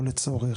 עוד פעם.